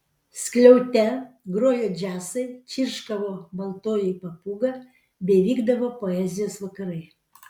skliaute grojo džiazai čirškavo baltoji papūga bei vykdavo poezijos vakarai